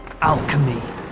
Alchemy